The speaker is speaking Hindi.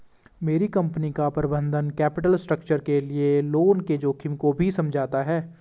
मेरी कंपनी का प्रबंधन कैपिटल स्ट्रक्चर के लिए लोन के जोखिम को भी समझता है